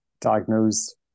diagnosed